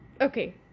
Okay